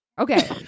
Okay